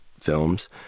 films